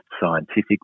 scientific